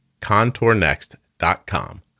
Contournext.com